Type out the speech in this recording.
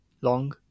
long